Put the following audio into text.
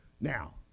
Now